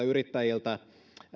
yrittäjiltä